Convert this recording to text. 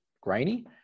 grainy